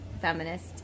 feminist